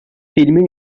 filmin